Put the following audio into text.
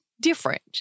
different